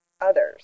others